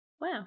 Wow